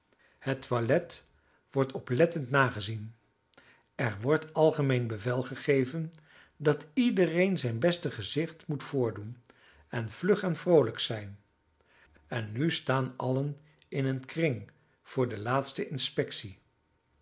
het toilet wordt oplettend nagezien er wordt algemeen bevel gegeven dat iedereen zijn beste gezicht moet voordoen en vlug en vroolijk zijn en nu staan allen in een kring voor de laatste inspectie